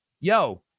yo